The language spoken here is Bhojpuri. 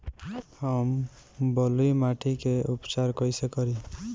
हम बलुइ माटी के उपचार कईसे करि?